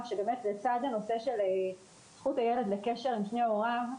שלצד הנושא של זכות הילד לקשר עם שני הוריו,